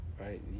right